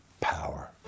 power